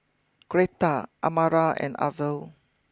Gretta Amara and Arvel